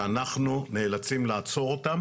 שאנחנו נאלצים לעצור אותם